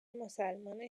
مسلمان